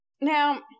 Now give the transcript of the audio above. Now